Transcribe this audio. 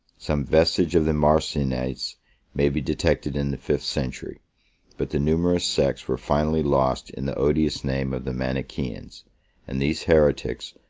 some vestige of the marcionites may be detected in the fifth century but the numerous sects were finally lost in the odious name of the manichaeans and these heretics,